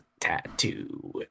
Tattoo